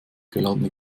geladene